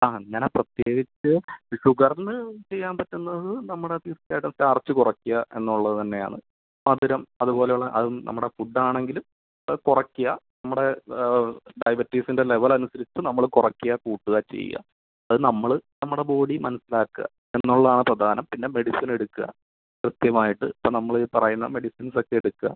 ആ ഞാൻ ആ പ്രത്യേകിച്ച് ഷുഗറിന് ചെയ്യാൻ പറ്റുന്നത് നമ്മുടെ സ്റ്റാർച്ച് കുറയ്ക്കുക എന്നുള്ളത് തന്നെയാണ് മധുരം അതുപോലെ ഉള്ള അതും നമ്മുടെ ഫുഡ്ഡ് ആണെങ്കിൽ അത് കുറയ്ക്കുക നമ്മുടെ ഡയബറ്റീസിൻ്റെ ലെവൽ അനുസരിച്ച് നമ്മൾ കുറയ്ക്കുക കൂട്ടുക ചെയ്യാം അതു നമ്മൾ നമ്മുടെ ബോഡി മനസ്സിലാക്കുക എന്നുള്ളതാണ് പ്രധാനം പിന്നെ മെഡിസിൻ എടുക്കുക കൃത്യമായിട്ട് ഇപ്പോൾ നമ്മൾ ഈ പറയുന്ന മെഡിസിൻസ് ഒക്കെ എടുക്കുക